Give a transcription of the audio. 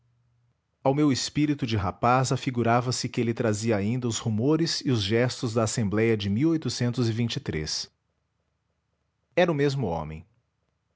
ao meu espírito de rapaz afigurava-se que ele trazia ainda os rumores e os gestos da assembléia de vinte e era o mesmo homem